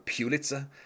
pulitzer